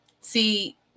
see